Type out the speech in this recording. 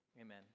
Amen